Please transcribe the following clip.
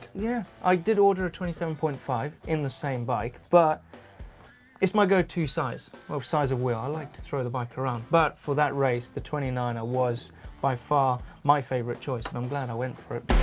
yeah, i did order a twenty seven point five in the same bike but it's my go to size of size of wheel. i like to throw the bike around but for that race the twenty nine er was by far favourite choice and i'm glad i went for it.